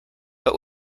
but